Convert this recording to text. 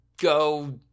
go